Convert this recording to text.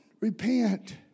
Repent